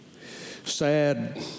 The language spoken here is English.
sad